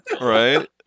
Right